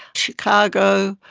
chicago,